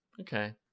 Okay